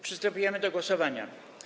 Przystępujemy do głosowania.